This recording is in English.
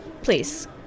Please